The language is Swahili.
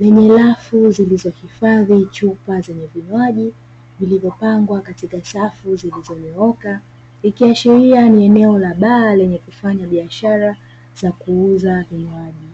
lenye rafu inayohifadhi chupa zenye vinywaji, zilizopangwa katika safu zilizonyooka ikiashiria ni eneo la baa lenye kufanya biashara za kuuza vinywaji.